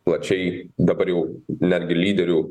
plačiai dabar jau netgi lyderių